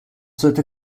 sollte